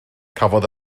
cafodd